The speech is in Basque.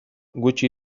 gutxi